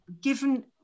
given